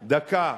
דקה.